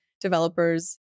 developers